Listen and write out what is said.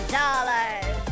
dollars